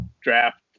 draft